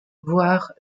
voire